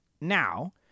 now